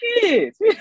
kids